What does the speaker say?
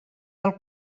del